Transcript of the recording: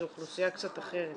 זו אוכלוסייה קצת אחרת.